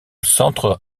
centre